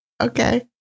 Okay